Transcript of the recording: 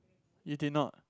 you did not